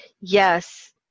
Yes